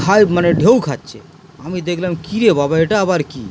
high মানে ঢেউ খাচ্ছে আমি দেখলাম কি রে বাবা এটা আবার কী